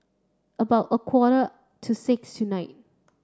about a quarter to six tonight